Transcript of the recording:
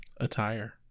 Attire